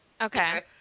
Okay